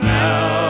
now